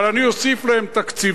אבל אני אוסיף להם תקציבים,